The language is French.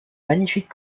magnifique